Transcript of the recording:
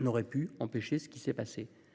n'aurait pu empêcher ce qui s'est passé.